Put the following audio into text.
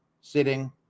sitting